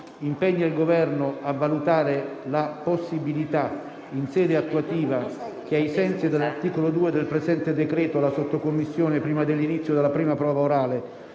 impegna il Governo: a valutare la possibilità in sede attuativa che, ai sensi dell'articolo 2 del presente decreto, la sottocommissione, prima dell'inizio della prima prova orale,